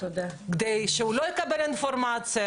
כדי שהוא לא יקבל אינפורמציה,